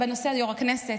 יו"ר הכנסת,